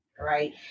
right